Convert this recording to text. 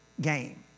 game